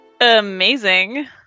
Amazing